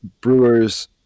brewers